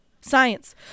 Science